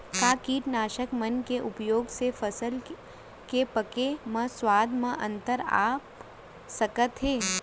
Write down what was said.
का कीटनाशक मन के उपयोग से फसल के पके म स्वाद म अंतर आप सकत हे?